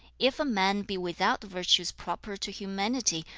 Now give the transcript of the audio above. if a man be without the virtues proper to humanity,